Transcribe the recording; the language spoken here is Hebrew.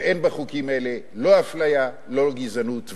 ואין בחוקים אלה לא אפליה ולא גזענות.